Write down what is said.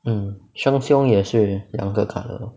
mm Sheng Siong 也是两个 colour